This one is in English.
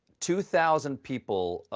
two thousand people